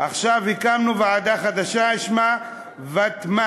ועכשיו הקמנו ועדה חדשה ששמה ותמ"ל,